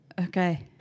Okay